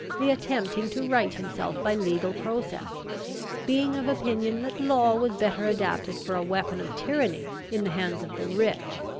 the attempting to right himself by legal process being of opinion that law was better adapted for a weapon of tyranny in the hands of the rich,